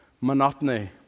monotony